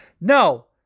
No